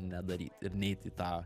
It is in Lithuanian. nedaryt ir neit į tą